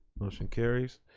motion carries.